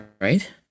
right